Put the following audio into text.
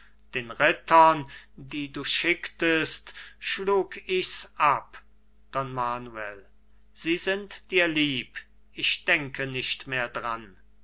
den rittern die du schicktest schlug ich's ab don manuel sie sind dir lieb ich denke nicht mehr dran